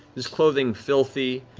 his clothing filthy.